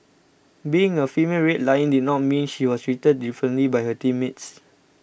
being a female Red Lion did not mean she was treated differently by her teammates